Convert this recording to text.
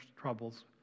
troubles